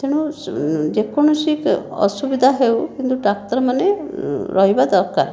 ତେଣୁ ଯେକୌଣସି ଅସୁବିଧା ହେଉ କିନ୍ତୁ ଡାକ୍ତରମାନେ ରହିବା ଦରକାର